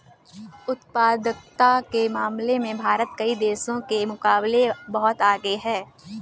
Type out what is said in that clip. उत्पादकता के मामले में भारत कई देशों के मुकाबले बहुत आगे है